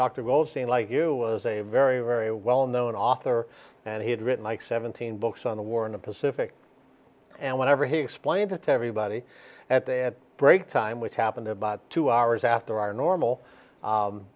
you was a very very well known author and he had written like seventeen books on the war in the pacific and whenever he explained it to everybody at the at break time which happened about two hours after our normal